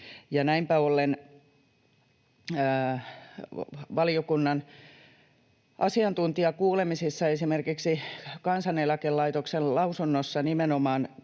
näinpä ollen valiokunnan asiantuntijakuulemisissa, esimerkiksi Kansaneläkelaitoksen lausunnossa nimenomaan...